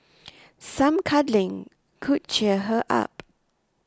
some cuddling could cheer her up